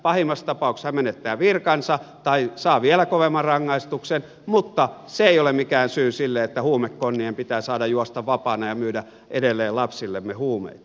pahimmassa tapauksessa hän menettää virkansa tai saa vielä kovemman rangaistuksen mutta se ei ole mikään syy sille että huumekonnien pitää saada juosta vapaana ja myydä edelleen lapsillemme huumeita